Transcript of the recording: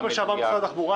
לפי מה שאמר משרד התחבורה,